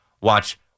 watch